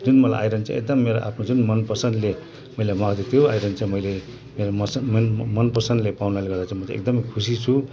जुन मलाई आइरन चाहिँ एकदम मेरो आफ्नो जुन मन पसन्दले मैले मगाएको थियो आइरन चाहिँ मैले मेरो मसन्द मेरो मन पसन्दले पाउनाले गर्दा चाहिँ म चाहिँ एकदम खुसी छु